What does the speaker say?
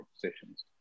propositions